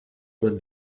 man